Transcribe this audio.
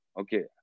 okay